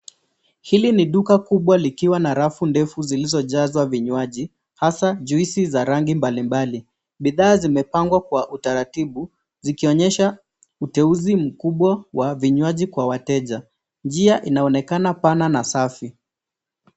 Hili ni duka kubwa likiwa na rafu ndefu zilizojazwa vinywaji hasa juisi za rangi mbalimbali, bidhaa zimepangwa kwa utaratibu zikionyesha uteuzi mkubwa wa vinywaji kwa wateja, njia inaonekana pana na safi.